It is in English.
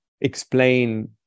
explain